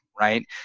right